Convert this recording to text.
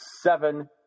seven